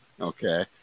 Okay